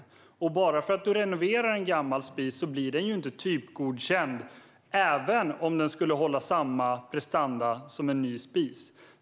Men en gammal spis blir ju inte typgodkänd bara för att du renoverar den, även om den då skulle hålla samma prestanda som en ny spis.